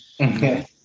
okay